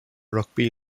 rugby